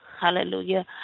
hallelujah